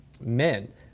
men